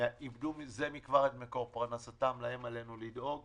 איבדו מזה מכבר את מקור פרנסתם, להם עלינו לדאוג.